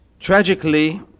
Tragically